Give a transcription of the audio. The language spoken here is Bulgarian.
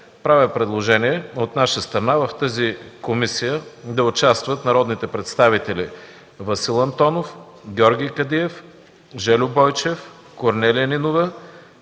правя предложение от наша страна в тази комисия да участват народните представители Васил Антонов, Георги Кадиев, Жельо Бойчев, Корнелия Нинова,